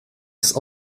ist